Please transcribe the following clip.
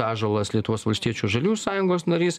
ąžuolas lietuvos valstiečių žalių sąjungos narys